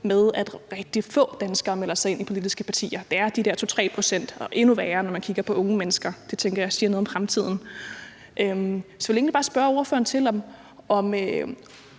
rigtig få danskere melder sig ind i politiske partier. Det er de der 2-3 pct., og det er endnu værre, når man kigger på unge mennesker. Det tænker jeg siger noget om fremtiden. Så jeg vil egentlig bare spørge ordføreren til, om